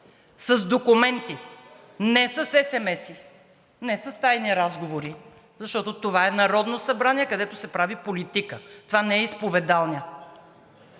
с документи, не с есемеси, не с тайни разговори, защото това е Народното събрание, където се прави политика. Това не е изповедалня.